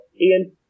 Ian